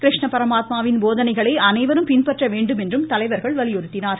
கிருஷ்ண பரமாத்மாவின் போதனைகளை அனைவரும் பின்பற்ற வேண்டும் என்று தலைவர்கள் வலியுறுத்தினார்கள்